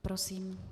Prosím.